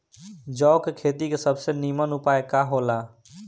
जौ के खेती के सबसे नीमन उपाय का हो ला?